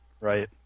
Right